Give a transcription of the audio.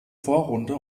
vorrunde